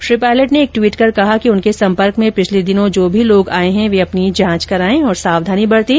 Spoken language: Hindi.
श्री पायलट ने एक ट्वीट कर कहा कि उनके संपर्क में पिछले दिनों जो भी लोग आए हैं वे अपनी जांच कराए और सावधानी बरतें